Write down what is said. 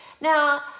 now